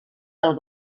del